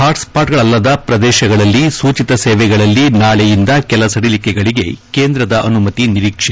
ಹಾಟ್ಸ್ಟಾಟ್ಗಳಲ್ಲದ ಪ್ರದೇಶಗಳಲ್ಲಿ ಸೂಚಿತ ಸೇವೆಗಳಲ್ಲಿ ನಾಳೆಯಿಂದ ಕೆಲ ಸಡಿಲಿಕೆಗಳಿಗೆ ಕೇಂದ್ರದ ಅನುಮತಿ ನಿರೀಕ್ಷೆ